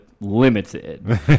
limited